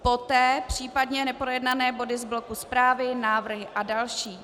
Poté případně neprojednané body z bloku zprávy, návrhy a další.